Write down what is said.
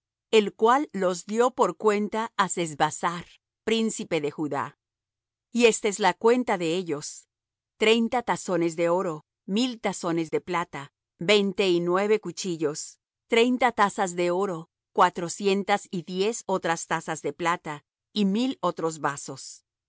el cual los dió por cuenta á sesbassar príncipe de judá y esta es la cuenta de ellos treinta tazones de oro mil tazones de plata veinte y nueve cuchillos treinta tazas de oro cuatrocientas y diez otras tazas de plata y mil otros vasos